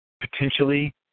potentially